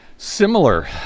Similar